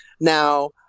now